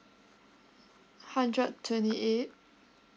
hundred twenty eight